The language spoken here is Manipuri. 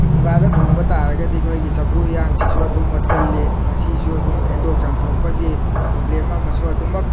ꯐꯨꯡꯒꯥꯗ ꯊꯣꯡꯕ ꯇꯥꯔꯒꯗꯤ ꯑꯩꯈꯣꯏꯒꯤ ꯆꯐꯨ ꯎꯌꯥꯟꯁꯤꯁꯨ ꯑꯗꯨꯝ ꯃꯣꯠꯀꯜꯂꯤ ꯃꯁꯤꯁꯨ ꯑꯗꯨꯝ ꯐꯦꯡꯗꯣꯛ ꯆꯥꯝꯊꯣꯛꯄꯒꯤ ꯄ꯭ꯔꯣꯕ꯭ꯂꯦꯝ ꯑꯃꯁꯨ ꯑꯗꯨꯃꯛ